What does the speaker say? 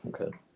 Okay